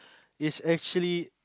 is actually